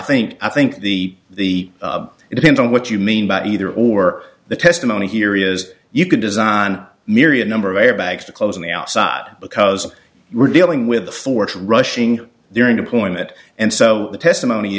think i think the it depends on what you mean by either or the testimony here is you can design myriad number of airbags to close on the outside because we're dealing with the force of rushing during deployment and so the testimony